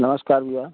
नमस्कार भैया